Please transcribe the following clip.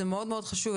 זה מאוד מאוד חשוב.